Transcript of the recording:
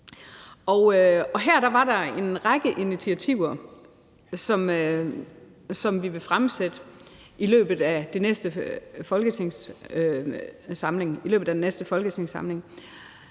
her var der en række initiativer, som vi vil fremsætte i løbet af den næste folketingssamling,